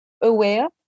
aware